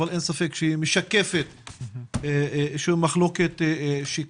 אבל אין ספק שהיא משקפת מחלוקת שקיימת.